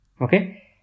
okay